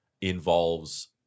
involves